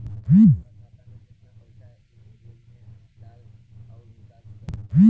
हमार खाता मे केतना पईसा एक बेर मे डाल आऊर निकाल सकत बानी?